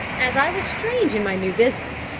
as i was strange in my new business,